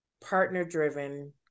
partner-driven